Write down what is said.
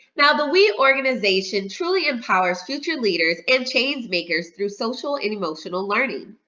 now the we organization truly empowers future leaders and change-makers through social and emotional learning.